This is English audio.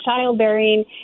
childbearing